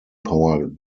power